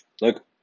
Look